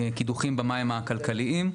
מהקידוחים במים הכלכליים.